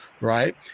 Right